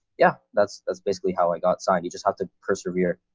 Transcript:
yeah, that's that's basically how i got signed. you just have to persevere.